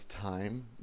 time